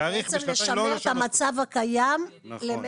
להאריך בשנתיים את התוקף, זה הכול, לא לשנות.